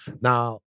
Now